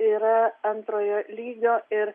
yra antrojo lygio ir